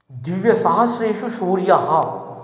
दिव्यसहस्रेषु सूर्यः